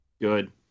good